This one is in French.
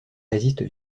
résistent